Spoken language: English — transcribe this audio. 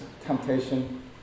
temptation